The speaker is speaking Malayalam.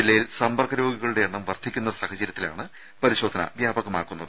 ജില്ലയിൽ സമ്പർക്ക രോഗികളുടെ എണ്ണം വർദ്ധിക്കുന്ന സാഹചര്യത്തിലാണ് പരിശോധന വ്യാപകമാക്കുന്നത്